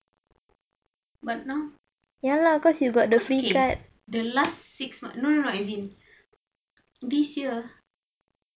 but now it's okay the last six month no no no as in this year